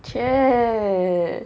!chey!